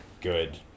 good